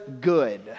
good